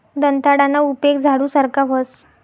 दंताळाना उपेग झाडू सारखा व्हस